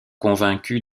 convaincu